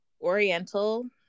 oriental